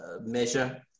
measure